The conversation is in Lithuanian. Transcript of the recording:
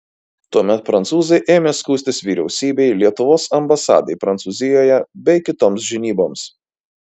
tuomet prancūzai ėmė skųstis vyriausybei lietuvos ambasadai prancūzijoje bei kitoms žinyboms